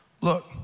Look